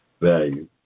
value